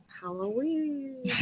Halloween